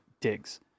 digs